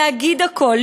להגיד הכול,